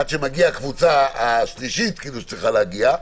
עד שמגיעה הקבוצה השלישית שצריכה להגיע,